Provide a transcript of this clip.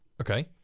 Okay